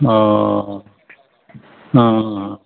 अ'